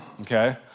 okay